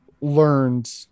learned